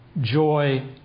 Joy